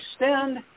extend